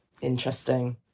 interesting